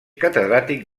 catedràtic